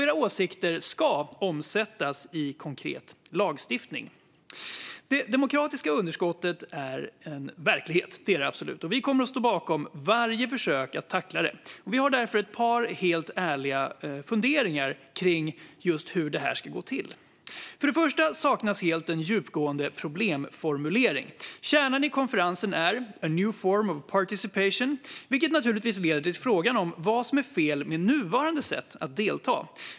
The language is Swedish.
Era åsikter ska omsättas i konkret lagstiftning. Det demokratiska underskottet är en verklighet; det är det absolut. Vi kommer att stå bakom varje försök att tackla det, och vi har därför ett par ärliga funderingar kring hur detta ska gå till. För det första saknas helt en djupgående problemformulering. Kärnan i konferensen är "new forms of participation", vilket naturligtvis leder till frågan om vad som är fel med nuvarande sätt att delta.